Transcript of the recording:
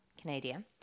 Canadian